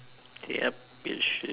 yup you should